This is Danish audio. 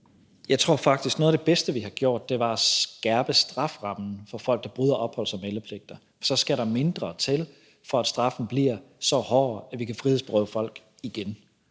Jeg tror faktisk, at noget af det bedste, vi har gjort, var at skærpe strafferammen for folk, der bryder opholds- og meldepligter. Så skal der mindre til, for at straffen bliver så hård, at vi kan frihedsberøve folk igen.